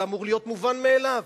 זה אמור להיות מובן מאליו.